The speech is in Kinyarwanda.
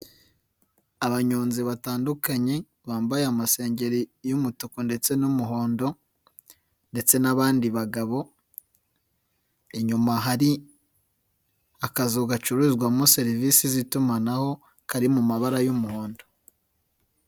Abanyonzi batandukanye bambaye amasengeri y'umutuku ndetse n'umuhondo ndetse n'abandi bagabo, inyuma hari akazu gacururizwamo serivisi z'itumanaho kari mu mabara y'umuhondo.